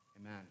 Amen